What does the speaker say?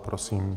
Prosím.